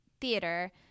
theater